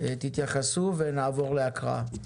תתייחסו ונעבור להקראה.